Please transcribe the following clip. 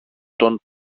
των